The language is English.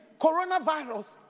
Coronavirus